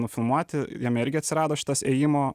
nufilmuoti jame irgi atsirado šitas ėjimo